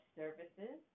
services